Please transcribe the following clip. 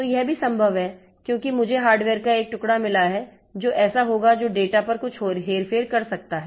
तो यह भी संभव है क्योंकि मुझे हार्डवेयर का एक टुकड़ा मिला है जो ऐसा होगा जो डेटा पर कुछ हेरफेर कर सकता है